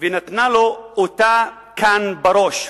ונתנה לו אותה כאן בראש.